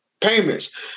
payments